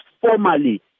formally